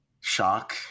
shock